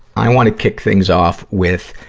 i wanna kick things off with,